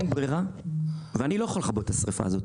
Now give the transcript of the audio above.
אם היא לא הייתה חושבת